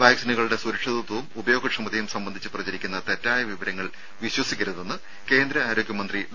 വാക്സിനുകളുടെ സുരക്ഷിതത്വവും ഉപയോഗക്ഷമതയും സംബന്ധിച്ച് പ്രചരിക്കുന്ന തെറ്റായ വിവരങ്ങൾ വിശ്വസിക്കരുതെന്ന് കേന്ദ്ര ആരോഗ്യമന്ത്രി ഡോ